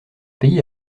pays